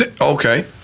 Okay